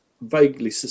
vaguely